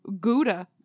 Gouda